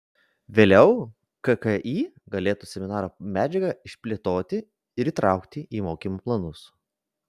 vėliau kki galėtų seminaro medžiagą išplėtoti ir įtraukti į mokymo planus